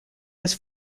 was